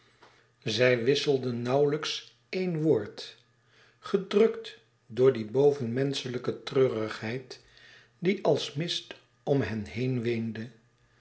zij wisselden nauwelijks één woord gedrukt door die bovenmenschelijke treurigheid die als mist om hen heen weende